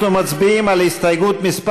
אנחנו מצביעים על הסתייגות מס'